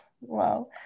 wow